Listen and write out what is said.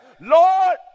Lord